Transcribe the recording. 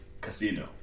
casino